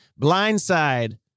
blindside